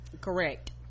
correct